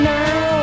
now